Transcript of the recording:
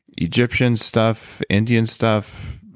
egyptian stuff, indian stuff,